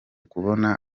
kubona